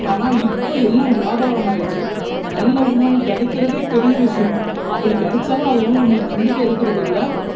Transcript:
ஆனால் இப்போ எல்லாம் வியாபாரமாக ஆயிருச்சு நல்ல உணவு கிடைக்கிறதே பெரிய விஷயம் அப்படி கிடைச்சாலும் அது மேல் நம்பளுக்கு நம்பிக்கை இருக்கிறதில்ல